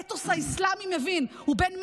האויב שלנו והאתוס האסלאמי מבין: הוא בן מוות,